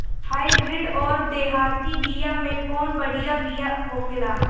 Hybrid अउर देहाती बिया मे कउन बढ़िया बिया होखेला?